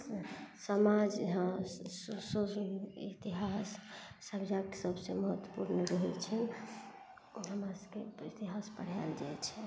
समाज यहाँ इतिहास सब्जेक्ट सबसे महत्वपूर्ण रहै छैन हमरा सबके इतिहास पढ़ाएल जाइ छै